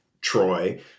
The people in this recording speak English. Troy